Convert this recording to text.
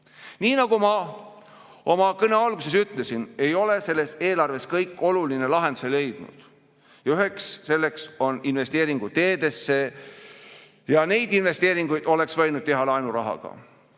nagu ma oma kõne alguses ütlesin, ei ole selles eelarves kõik oluline lahenduse leidnud. Üheks selliseks [probleemiks] on investeeringud teedesse. Neid investeeringuid oleks võinud teha laenurahaga.